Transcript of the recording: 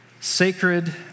sacred